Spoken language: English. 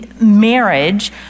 marriage